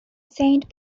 saint